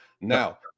Now